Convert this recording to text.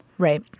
Right